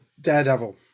daredevil